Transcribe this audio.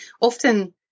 Often